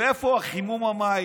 איפה חימום המים?